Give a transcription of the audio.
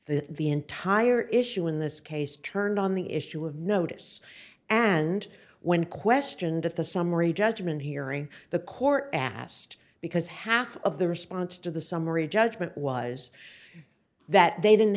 that the entire issue in this case turned on the issue of notice and when questioned at the summary judgment hearing the court asked because half of the response to the summary judgment was that they didn't